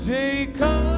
Take